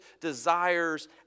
desires